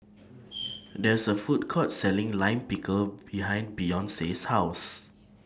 There IS A Food Court Selling Lime Pickle behind Beyonce's House